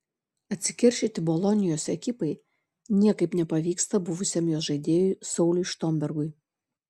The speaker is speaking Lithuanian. atsikeršyti bolonijos ekipai niekaip nepavyksta buvusiam jos žaidėjui sauliui štombergui